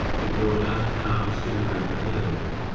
to draw enough power to stimulate the nerves.